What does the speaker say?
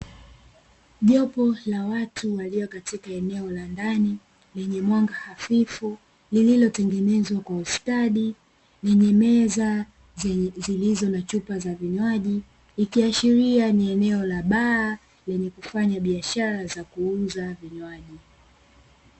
Jopo la watu walio katika eneo la ndani lenye mwanga hafifu, lililotengenezwa kwa ustadi, lenye meza zilizo na chupa za vinywaji ikiashiria ni eneo la baa lenye kufanya biashara za kuuza vinywaji.